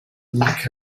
lack